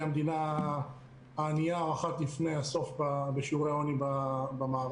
המדינה הענייה או האחת לפני הסוף בשיעורי העוני במערב,